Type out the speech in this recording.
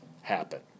happen